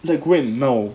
like when now